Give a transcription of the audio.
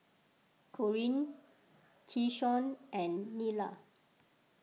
Corean Keyshawn and Nyla